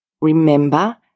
remember